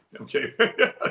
Okay